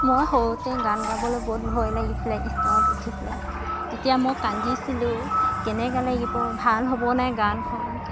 মই সৰুতে গান গাবলৈ বহুত ভয় লাগিছিলে উঠিছিলে তেতিয়া মই কান্দিছিলোঁ কেনেকা লাগিব ভাল হ'ব নাই গানখন